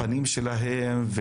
הפנים שלהם?